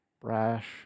brash